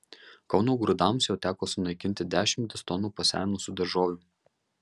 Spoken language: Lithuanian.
kauno grūdams jau teko sunaikinti dešimtis tonų pasenusių daržovių